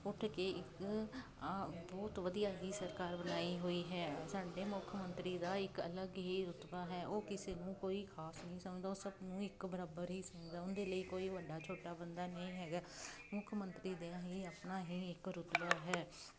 ਉੱਠ ਕੇ ਇੱਕ ਬਹੁਤ ਵਧੀਆ ਹੀ ਸਰਕਾਰ ਬਣਾਈ ਹੋਈ ਹੈ ਸਾਡੇ ਮੁੱਖ ਮੰਤਰੀ ਦਾ ਇੱਕ ਅਲੱਗ ਹੀ ਰੁਤਬਾ ਹੈ ਉਹ ਕਿਸੇ ਨੂੰ ਕੋਈ ਖ਼ਾਸ ਨਹੀਂ ਸਮਝਦਾ ਉਹ ਸਭ ਨੂੰ ਇੱਕ ਬਰਾਬਰ ਹੀ ਸਮਝਦਾ ਉਹਦੇ ਲਈ ਕੋਈ ਵੱਡਾ ਛੋਟਾ ਬੰਦਾ ਨਹੀਂ ਹੈਗਾ ਮੁੱਖ ਮੰਤਰੀ ਦੇ ਅਹੀ ਆਪਣਾ ਹੀ ਇੱਕ ਰੁਤਬਾ ਹੈ